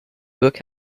work